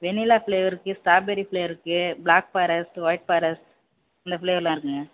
வெண்ணிலா flavour இருக்குது strawberry flavour இருக்குது black forest white forest இந்த ஃப்ளேவர்லாம் இருக்குதுங்க